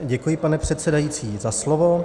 Děkuji, pane předsedající, za slovo.